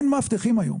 אין מאבטחים היום.